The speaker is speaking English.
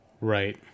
Right